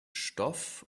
stoff